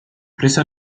prese